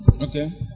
Okay